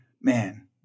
man